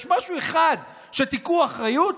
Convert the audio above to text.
יש משהו אחד שתיקחו בו אחריות,